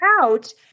out